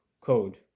code